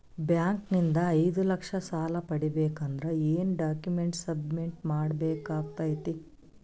Bank ನಿಂದ ಐದು ಲಕ್ಷ ಸಾಲ ಪಡಿಬೇಕು ಅಂದ್ರ ಏನ ಡಾಕ್ಯುಮೆಂಟ್ ಸಬ್ಮಿಟ್ ಮಾಡ ಬೇಕಾಗತೈತಿ?